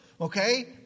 okay